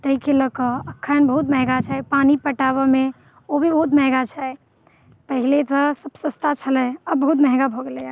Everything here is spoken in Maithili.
ताहिके लऽकऽ अखन बहुत महंगा छै पानि पटाबऽमे ओ भी बहुत महंगा छै पहिले तऽ सभ सस्ता छलै आब बहुत महंगा भऽ गेलैया